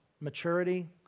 maturity